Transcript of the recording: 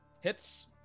Hits